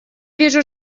вижу